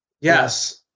yes